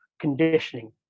conditioning